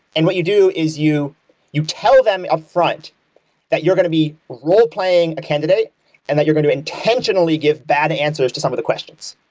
and what you do is you you tell them upfront that you're going to be role playing a candidate and that you're going to intentionally give bad answers to some of the questions.